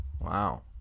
Wow